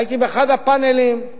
הייתי באחד הפאנלים.